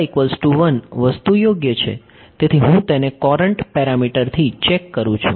વસ્તુ યોગ્ય છે તેથી હું તેને કોરંટ પેરમીટરથી ચેક કરું છુ